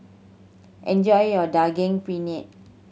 enjoy your Daging Penyet